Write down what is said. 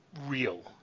real